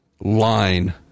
line